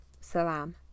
salam